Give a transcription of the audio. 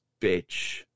bitch